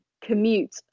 commute